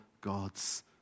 God's